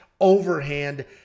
overhand